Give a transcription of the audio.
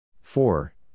four